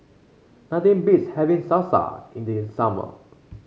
nothing beats having Salsa in the summer